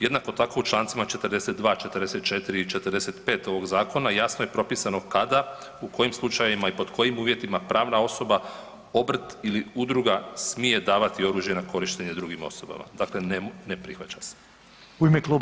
Jednako tako, u člancima 42, 44 i 45 ovog Zakona, jasno je propisano kada, u kojim slučajevima i pod kojim uvjetima pravna osoba, obrt ili udruga smije davati oružje na korištenje drugim osobama, dakle ne prihvaća se.